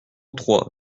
trois